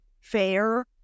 fair